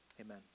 amen